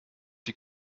die